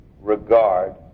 regard